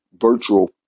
virtual